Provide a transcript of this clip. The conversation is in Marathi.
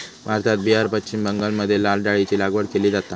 भारतात बिहार, पश्चिम बंगालमध्ये लाल डाळीची लागवड केली जाता